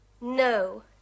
No